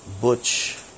butch